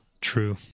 True